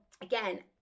again